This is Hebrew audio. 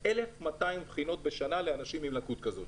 אין שום דבר ידני יותר, זהו.